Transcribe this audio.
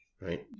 Right